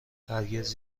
هرگز